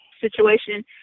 situation